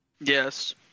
Yes